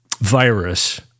virus